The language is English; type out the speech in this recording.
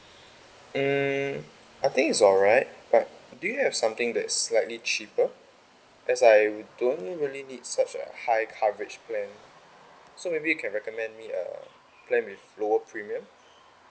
um I think it's alright but do you have something that's slightly cheaper as I don't really need such a high coverage plan so maybe you can recommend me a plan with lower premium